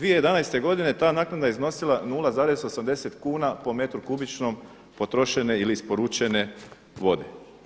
2011. godine ta naknada je iznosila 0,80 kn po metru kubičnom potrošene ili isporučene vode.